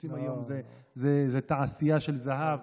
הקיבוצים היום זה תעשייה של זהב.